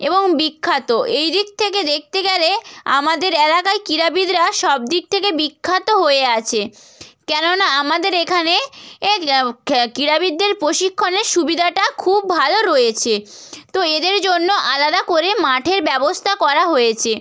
এবং বিখ্যাত এই দিক থেকে দেখতে গেলে আমাদের এলাকায় ক্রীড়াবিদরা সব দিক থেকেই বিখ্যাত হয়ে আছে কেননা আমাদের এখানে এ ক্রীড়াবিদদের প্রশিক্ষণের সুবিধাটা খুব ভালো রয়েছে তো এদের জন্য আলাদা করে মাঠের ব্যবস্থা করা হয়েছে